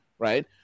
Right